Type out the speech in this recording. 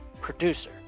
producer